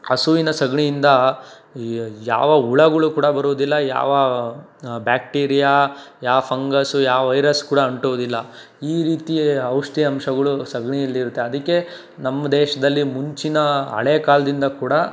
ಹಸುವಿನ ಸಗಣಿಯಿಂದ ಯಾವ ಹುಳಗಳು ಕೂಡ ಬರುವುದಿಲ್ಲ ಯಾವ ಬ್ಯಾಕ್ಟೀರಿಯಾ ಯಾವ ಫಂಗಸ್ ಯಾವ ವೈರಸ್ ಕೂಡ ಅಂಟುವುದಿಲ್ಲ ಈ ರೀತಿ ಔಷಧಿ ಅಂಶಗಳು ಸಗಣಿಯಲ್ಲಿರತ್ತೆ ಅದಕ್ಕೆ ನಮ್ಮ ದೇಶದಲ್ಲಿ ಮುಂಚಿನ ಹಳೆ ಕಾಲದಿಂದ ಕೂಡ